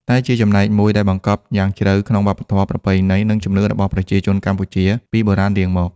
តែជាចំណែកមួយដែលបង្កប់យ៉ាងជ្រៅក្នុងវប្បធម៌ ប្រពៃណី និងជំនឿរបស់ប្រជាជនកម្ពុជាពីបុរាណរៀងមក។